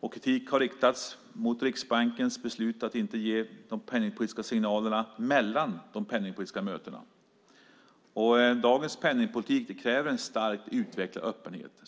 och kritik har riktats mot Riksbankens beslut att inte ge penningpolitiska signaler mellan de penningpolitiska mötena. Dagens penningpolitik kräver en starkt utvecklad öppenhet.